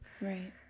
Right